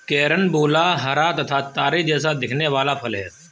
carambola हरा तथा तारे जैसा दिखने वाला फल है